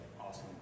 Awesome